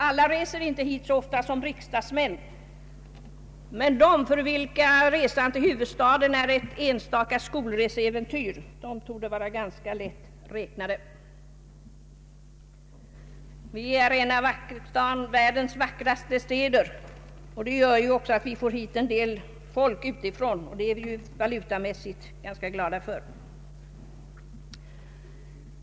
Alla reser inte hit så ofta som riksdagsmän, men de för vilka resan till huvudstaden är ett enstaka skolreseäventyr torde vara ganska lätt räknade. Stockholm är en av världens vackraste städer och det gör att vi får hit en del folk utifrån, vilket vi ur valutasynpunkt är ganska glada för.